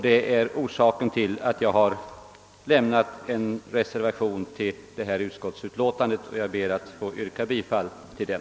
Det är orsaken till att jag har fogat en reservation vid utskottsutlåtandet, och jag ber att få yrka bifall till den.